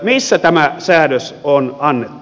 missä tämä säädös on annettu